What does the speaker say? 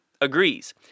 agrees